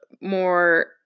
more